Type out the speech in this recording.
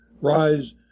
rise